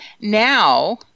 now